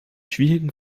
schwierigen